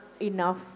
enough